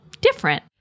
different